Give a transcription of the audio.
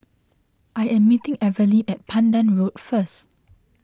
I am meeting Evelyne at Pandan Road first